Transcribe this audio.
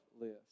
list